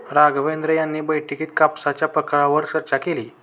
राघवेंद्र यांनी बैठकीत कापसाच्या प्रकारांवर चर्चा केली